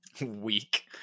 Weak